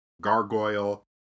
Gargoyle